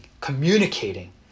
communicating